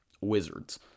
wizards